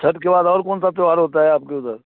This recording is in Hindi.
छत्त के बाद और कौनसा त्यौहार होता है आपके उधर